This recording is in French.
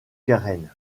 garenne